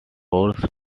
forced